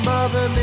Mother